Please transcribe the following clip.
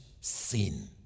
sin